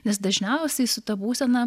nes dažniausiai su ta būsena